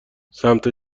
سمت